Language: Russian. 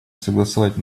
согласовать